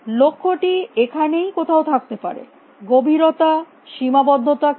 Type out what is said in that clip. লক্ষ্যটি এখানেই কোথাও থাকতে পারে গভীরতা সীমাবদ্ধতা কী